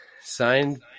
signed